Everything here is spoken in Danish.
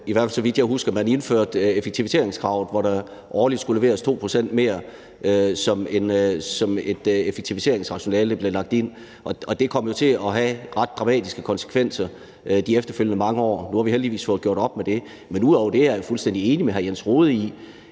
i hvert fald så vidt jeg husker, indførte effektiviseringskravet, hvor der årligt skulle leveres 2 pct. mere som et effektiviseringsrationale, der blev lagt ind. Og det kom jo til at have ret dramatiske konsekvenser de efterfølgende år. Nu har vi heldigvis fået gjort op med det. Men ud over det er jeg fuldstændig enig med hr. Jens Rohde i,